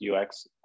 ux